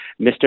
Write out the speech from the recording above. Mr